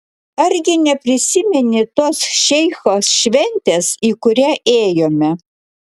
argi neprisimeni tos šeicho šventės į kurią ėjome